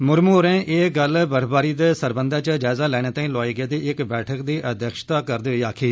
मुरमू होरें एह् गल्ल बर्फवारी दे सरबंधै इच जायजा लैने लेई लोआई गेदी इक बैठक दी अघ्यक्षता करदे होई आक्खी